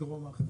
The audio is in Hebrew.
ודרום הר חברון.